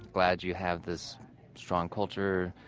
glad you have this strong culture,